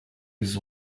his